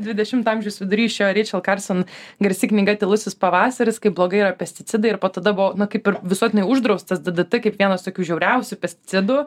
dvidešimto amžiaus vidurys čia reičėl karsen garsi knyga tylusis pavasaris kaip blogai yra pesticidai ir po tada buvo na kaip ir visuotinai uždraustas d d t tai kaip vienas tokių žiauriausių pesticidų